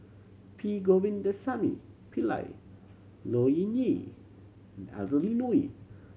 P Govindasamy Pillai Low Yen Ling Adeline Ooi